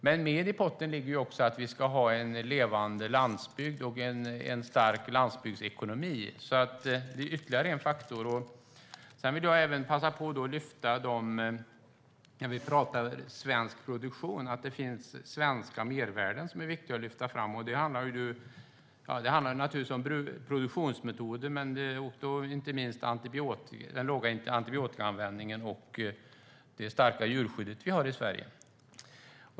Men i potten ligger också att vi ska ha en levande landsbygd och en stark landsbygdsekonomi. Det är ytterligare en faktor. När vi pratar om svensk produktion vill jag även passa på att lyfta fram att det finns viktiga svenska mervärden. Det handlar om produktionsmetoder, inte minst den låga antibiotikaanvändning och det starka djurskydd vi har i Sverige.